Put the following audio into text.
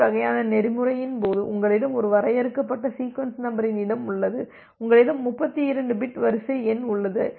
B வகையான நெறிமுறையின் போது உங்களிடம் ஒரு வரையறுக்கப்பட்ட சீக்வென்ஸ் நம்பரின் இடம் உள்ளது உங்களிடம் 32 பிட் வரிசை எண் உள்ளது